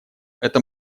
это